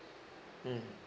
mm